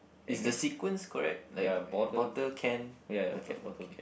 is the sequence correct like bottle can bottle okay